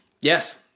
Yes